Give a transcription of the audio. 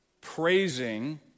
praising